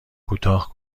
کوتاه